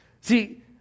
See